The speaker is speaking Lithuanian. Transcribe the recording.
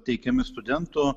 teikiami studentų